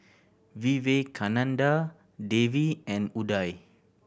Vivekananda Devi and Udai